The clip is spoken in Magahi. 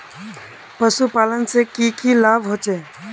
पशुपालन से की की लाभ होचे?